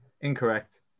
Incorrect